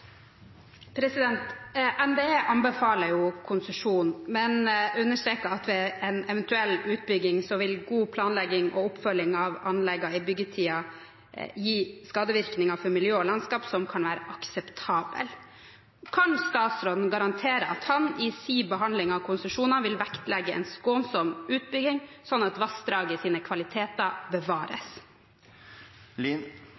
NVE anbefaler jo konsesjon, men understreker at ved en eventuell utbygging vil god planlegging og oppfølging av anleggene i byggetiden gi skadevirkninger for miljø og landskap som kan være akseptable. Kan statsråden garantere at han i sin behandling av konsesjonene vil vektlegge en skånsom utbygging, slik at vassdragets kvaliteter bevares? Olje- og energidepartementet er fortsatt på et veldig tidlig stadium i